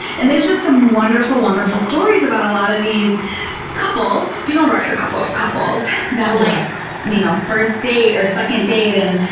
and there's just some wonderful, wonderful stories about a lot of these couples, funeral director couples couples that, you know first date or second date and,